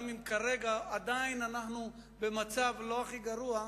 גם אם כרגע עדיין אנו במצב לא הכי גרוע,